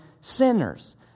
sinners